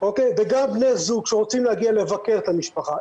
וגם בני זוג שרוצים להגיע לבקר את המשפחה,